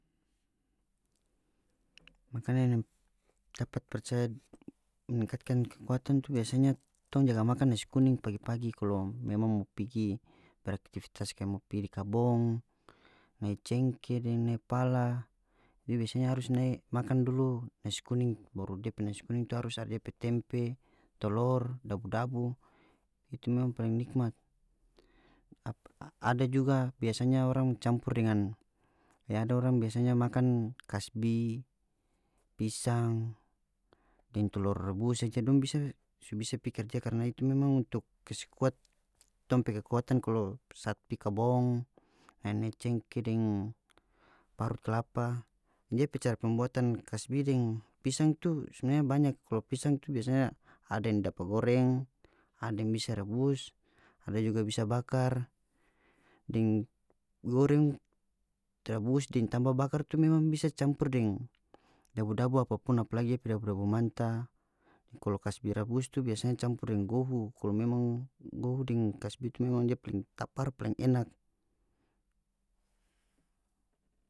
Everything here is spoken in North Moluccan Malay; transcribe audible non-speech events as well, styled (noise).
Makanan yang dapat percaya meningkatkan kekuatan tu biasanya tong jaga makan nasi kuning pagi-pagi kalu memang mo pigi beraktivitas kaya mo pi di kabong nae cengke deng nae pala itu biasanya harus nae makan dulu nasi kuning baru dia pe nasi kuning tu harus ada depe tempe tolor dabu-dabu itu memang paling nikmat (hesitation) ada juga biasanya orang campur dengan e ada orang biasanya makan kasbi pisang deng telor rebus saja dong bisa su bisa pig karja karna itu memang untuk kase kuat tong pe kekuatan kalo saat pi kabong nae-nae cengke deng parut kelapa dia pe cara pembuatan kasbi deng pisang tu sebenarnya banyak kalo pisang tu biasanya ada yang dapa goreng ada yang bisa rebus ada juga bisa bakar deng goreng rabus deng tamba bakar tu memang bisa campur deng dabu-dabu apapun apalagi dia pe dabu-dabu manta kalo kasbi rabus tu biasanya campur deng gohu kalu memang gohu deng kasbi tu memang tapar paling enak.